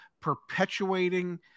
perpetuating